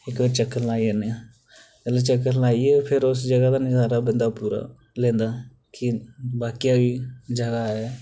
इक बारी चक्कर लाई औन्ने आं जेल्लै चक्कर लाई आए फिर उस जगह दा नजारा बंदा पूरा लैंदा कि बाकेआ कि जगह ऐ